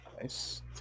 Nice